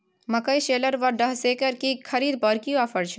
मकई शेलर व डहसकेर की खरीद पर की ऑफर छै?